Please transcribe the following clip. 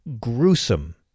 gruesome